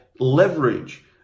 Leverage